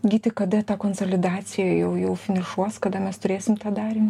gyti kada ta konsolidacija jau jau finišuos kada mes turėsim tą darinį